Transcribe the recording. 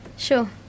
Sure